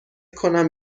کنم